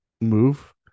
move